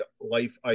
life